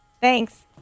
Thanks